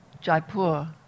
Jaipur